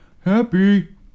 happy